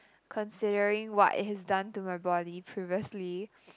considering what it has done to my body previously